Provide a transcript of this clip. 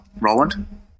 Roland